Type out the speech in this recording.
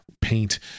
paint